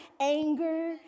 anger